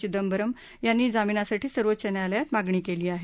चिंदबरम् यांनी जामिनासाठी सर्वोच्च न्यायालयात मागणी केली आहे